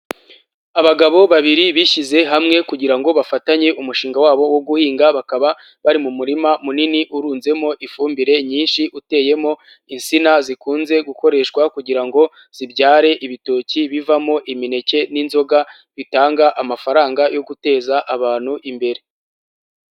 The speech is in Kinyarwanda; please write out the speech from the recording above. Abagabo babiri bishyize hamwe kugira ngo bafatanye umushinga wabo wo guhinga, bakaba bari mu murima munini urunzemo ifumbire nyinshi uteyemo insina zikunze gukoreshwa kugira ngo zibyare ibitoki bivamo imineke n'inzoga, bitanga amafaranga yo guteza abantu imbere.